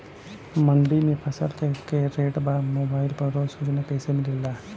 मंडी में फसल के का रेट बा मोबाइल पर रोज सूचना कैसे मिलेला?